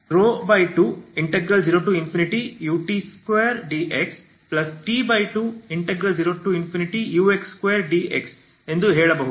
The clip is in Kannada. E20ut2dxT20ux2dx ಎಂದು ಹೇಳಬಹುದು